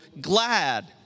glad